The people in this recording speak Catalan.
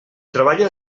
treballa